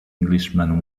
englishman